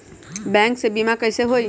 Bank से बिमा कईसे होई?